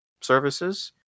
services